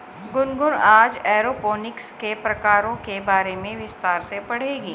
गुनगुन आज एरोपोनिक्स के प्रकारों के बारे में विस्तार से पढ़ेगी